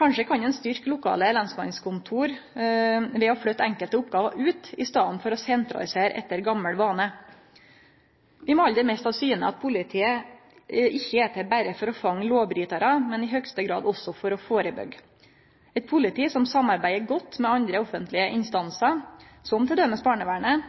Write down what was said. Kanskje kan ein styrkje lokale lensmannskontor ved å flytte enkelte oppgåver ut i staden for å sentralisere etter gammal vane. Vi må aldri miste av syne at politiet ikkje er til berre for å fange lovbrytarar, men i høgste grad også for å førebyggje. Eit politi som samarbeider godt med andre offentlege instansar, som t.d. barnevernet,